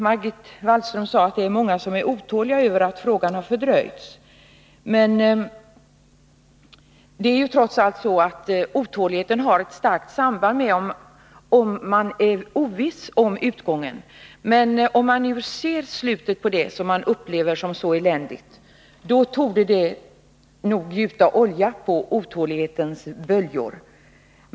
Margot Wallström sade att många är otåliga över att genomförandet har dröjt, men otåligheten har trots allt ett starkt samband med om man är oviss om utgången av något — och om man ser slutet på det som man upplever som eländigt, torde det ändå gjuta olja på otålighetens böljor.